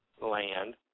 land